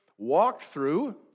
walkthrough